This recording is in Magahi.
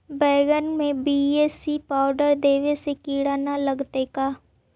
बैगन में बी.ए.सी पाउडर देबे से किड़ा न लगतै का?